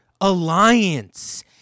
alliance